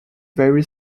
very